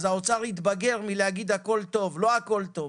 האוצר צריך להתבגר ולהבין שלא הכול טוב,